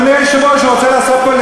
נא לסיים.